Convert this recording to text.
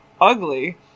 ugly